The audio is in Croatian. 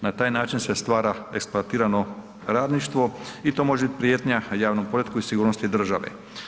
Na taj način se stvara eksploatirano radništvo i to može biti prijetnja javnom poretku i sigurnosti države.